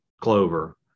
clover